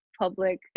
public